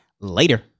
later